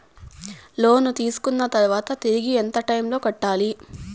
లోను తీసుకున్న తర్వాత తిరిగి ఎంత టైములో కట్టాలి